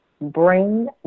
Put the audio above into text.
brain